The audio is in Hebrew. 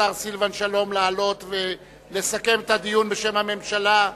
השר סילבן שלום, לעלות ולסכם את הדיון בשם הממשלה.